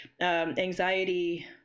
anxiety